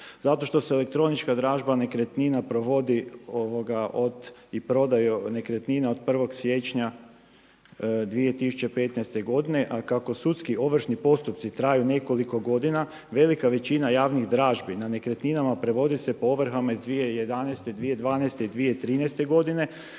Zato što se elektronička dražba nekretnina provodi i prodaja nekretnina od 1. siječnja 2015. godine a kako sudski ovršni postupci traju nekoliko godina velika većina javnih dražbi na nekretninama prevodi se po ovrhama iz 2011., 2012. i 2013. godine